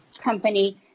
company